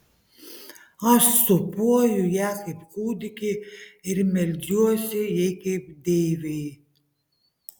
aš sūpuoju ją kaip kūdikį ir meldžiuosi jai kaip deivei